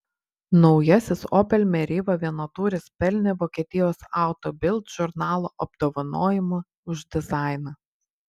naujasis opel meriva vienatūris pelnė vokietijos auto bild žurnalo apdovanojimą už dizainą